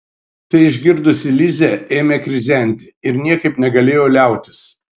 tai išgirdusi lizė ėmė krizenti ir niekaip negalėjo liautis